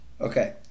Okay